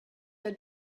your